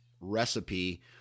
recipe